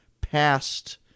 passed